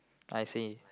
I see